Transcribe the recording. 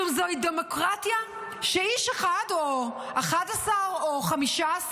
"כלום זוהי דמוקרטיה שאיש אחד או 11 או 15,